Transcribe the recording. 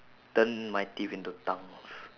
turn my teeth into tongues